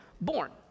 born